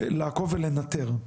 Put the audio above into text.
לעקוב ולנטר.